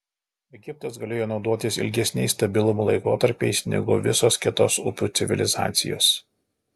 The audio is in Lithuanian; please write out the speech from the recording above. egiptas galėjo naudotis ilgesniais stabilumo laikotarpiais negu visos kitos upių civilizacijos